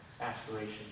aspiration